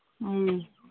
ꯎꯝ